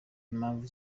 impamvu